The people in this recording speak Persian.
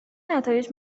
نتایج